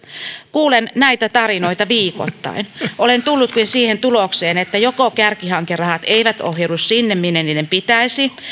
kuulen näitä tarinoita viikoittain olenkin tullut siihen tulokseen että joko kärkihankerahat eivät ohjaudu sinne minne niiden pitäisi